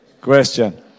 question